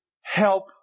Help